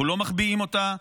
אנחנו לא מחביאים אותה,